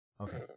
Okay